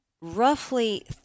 Roughly